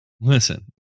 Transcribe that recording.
Listen